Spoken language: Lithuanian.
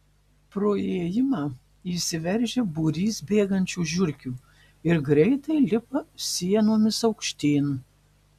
pro įėjimą įsiveržia būrys bėgančių žiurkių ir greitai lipa sienomis aukštyn